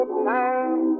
time